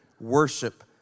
worship